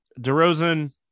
DeRozan